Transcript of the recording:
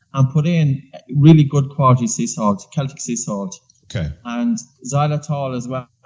um put in really good quality sea salt celtic sea salt and xylitol as well,